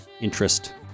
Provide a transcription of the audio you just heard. interest